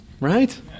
Right